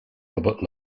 robert